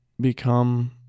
become